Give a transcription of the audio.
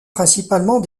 principalement